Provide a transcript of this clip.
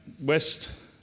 west